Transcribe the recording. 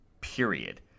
period